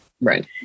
Right